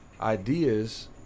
Ideas